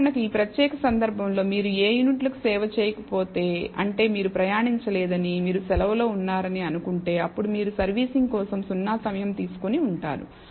ఉదాహరణకు ఈ ప్రత్యేక సందర్భంలో మీరు ఏ యూనిట్లకు సేవ చేయకపోతే అంటే మీరు ప్రయాణించలేదని మీరు సెలవు లో ఉన్నారని అనుకుంటే అప్పుడు మీరు సర్వీసింగ్ కోసం 0 సమయం తీసుకుని ఉంటారు